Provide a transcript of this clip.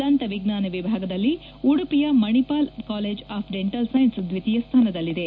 ದಂತವಿಜ್ಞಾನ ವಿಭಾಗದಲ್ಲಿ ಉಡುಪಿಯ Manipal college of dental science ದ್ವಿತೀಯ ಸ್ಥಾನದಲ್ಲಿದೆ